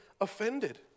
offended